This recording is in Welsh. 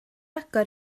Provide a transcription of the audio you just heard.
agor